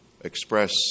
express